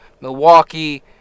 Milwaukee